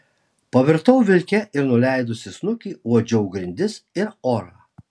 pavirtau vilke ir nuleidusi snukį uodžiau grindis ir orą